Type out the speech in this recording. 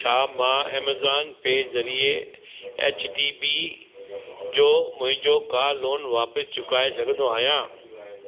छा मां Amazon pay ज़रिए एच डी बी जो मुंहिंजो कार लोन वापिसि चुकाए सघंदो आहियां